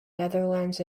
netherlands